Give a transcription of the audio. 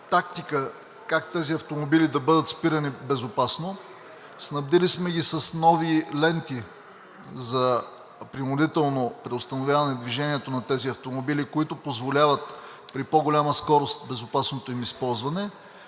как тези автомобили да бъдат спирани безопасно, снабдили сме ги с нови ленти за принудително преустановяване на движението на тези автомобили, които позволяват при по-голяма скорост безопасното им използване.